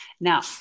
now